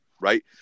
right